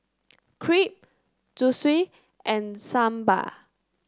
Crepe Zosui and Sambar